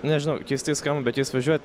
nu nežinau keistai skamba bet jais važiuot